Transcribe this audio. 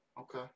Okay